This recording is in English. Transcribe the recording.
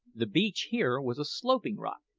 the beach here was a sloping rock,